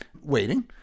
waiting